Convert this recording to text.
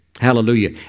Hallelujah